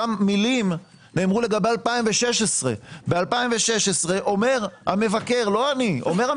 מילים נאמרו לגבי 2016. או אז אומר המבקר